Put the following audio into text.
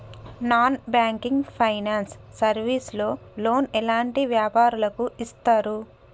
Non banking finance service లో loan ఎలాంటి వ్యాపారులకు ఇస్తరు?